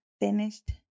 finished